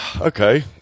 Okay